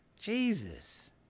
Jesus